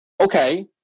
Okay